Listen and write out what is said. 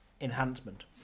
enhancement